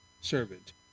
servant